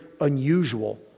unusual